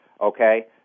okay